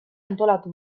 antolatu